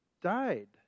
died